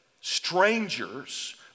Strangers